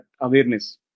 awareness